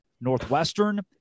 Northwestern